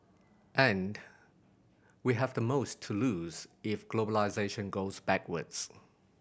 and we have the most to lose if globalisation goes backwards